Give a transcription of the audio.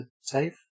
safe